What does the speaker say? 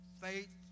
faith